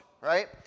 right